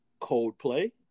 Coldplay